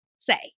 Say